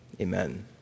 Amen